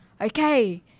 okay